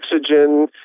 oxygen